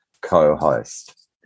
co-host